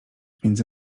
między